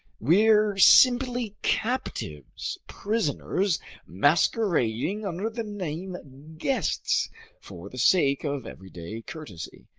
we're simply captives, prisoners masquerading under the name guests for the sake of everyday courtesy.